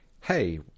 Hey